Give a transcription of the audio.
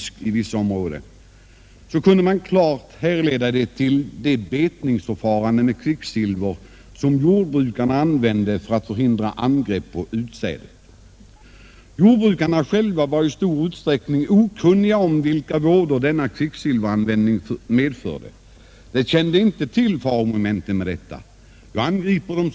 Detta kvicksilver fanns på våra åkrar och i våra vattendrag — vilket bl.a. gjorde att ingen ville köpa insjöfisk från vissa områden. Jordbrukarna själva var i stor utsträckning okunniga om vilka vådor denna kvicksilveranvändning medförde. De kände inte till de faromoment som var förknippade med detta förfaringssätt.